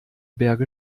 berge